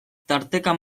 tarteka